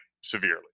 severely